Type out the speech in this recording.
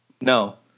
No